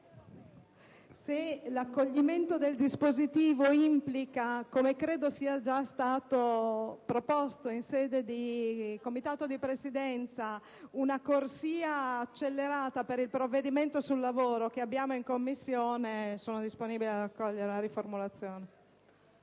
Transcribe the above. se l'accoglimento del dispositivo implica, come credo sia già stato proposto in sede di Ufficio di Presidenza, una corsia accelerata per il provvedimento sul lavoro che abbiamo in Commissione, sono disponibile ad accogliere la riformulazione.